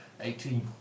Eighteen